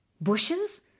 Bushes